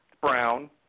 brown